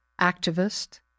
activist